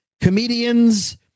comedians